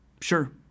sure